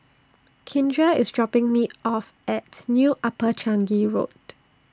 Kindra IS dropping Me off At New Upper Changi Road